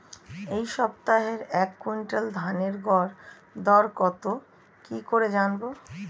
এই সপ্তাহের এক কুইন্টাল ধানের গর দর কত কি করে জানবো?